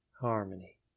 harmony